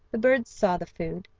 the birds saw the food,